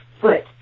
foot